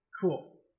Cool